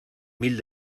mil